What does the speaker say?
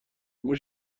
موش